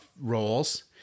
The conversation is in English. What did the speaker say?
roles